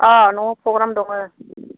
अह न'वाव प्रग्राम दंमोन